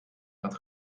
gaat